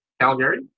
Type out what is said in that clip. Calgary